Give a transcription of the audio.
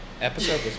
episode